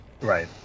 Right